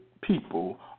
people